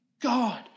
God